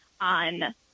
on